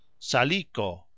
Salico